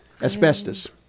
asbestos